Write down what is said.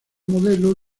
modelo